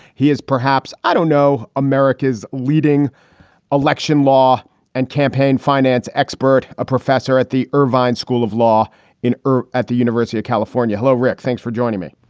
he is perhaps, i don't know, america's leading election law and campaign finance expert, a professor at the irvine school of law in at the university of california. hello, rick. thanks for joining me.